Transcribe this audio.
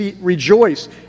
rejoice